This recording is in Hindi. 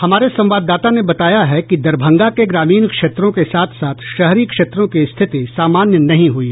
हमारे संवाददाता ने बताया है कि दरभंगा के ग्रामीण क्षेत्रों के साथ साथ शहरी क्षेत्रों की स्थिति सामान्य नहीं हुई है